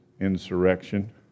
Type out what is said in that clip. insurrection